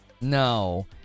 no